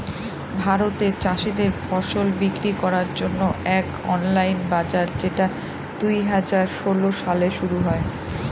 ভারতে চাষীদের ফসল বিক্রি করার জন্য এক অনলাইন বাজার যেটা দুই হাজার ষোলো সালে শুরু হয়